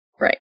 right